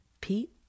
Pete